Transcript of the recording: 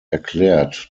erklärt